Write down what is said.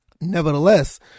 nevertheless